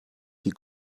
die